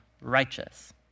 righteous